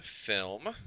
film